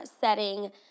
setting